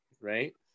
Right